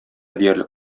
диярлек